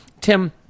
Tim